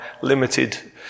limited